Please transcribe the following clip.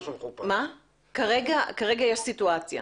כרגע יש סיטואציה.